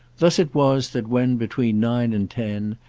thus it was that when, between nine and ten,